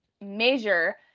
measure